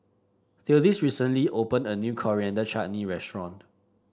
Theodis recently opened a new Coriander Chutney Restaurant